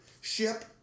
ship